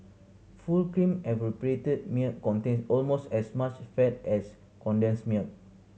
full cream evaporated milk contains almost as much fat as condensed milk